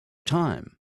time